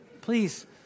please